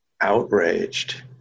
outraged